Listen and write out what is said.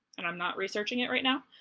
and i'm not researching it right now,